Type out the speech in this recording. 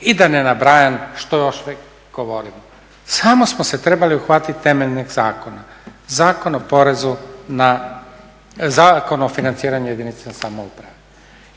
i da ne nabrajam što još sve govorimo. Samo smo se trebali uhvatiti temeljnog zakona, Zakon o financiranju jedinica samouprave.